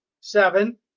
seven